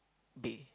bay